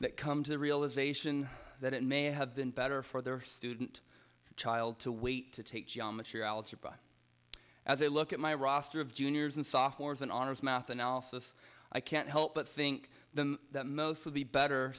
that come to the realisation that it may have been better for their student child to wait to take geometry algebra as they look at my roster of juniors and sophomores and honors math analysis i can't help but think that most of the better